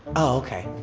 okay.